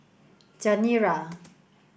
Chanira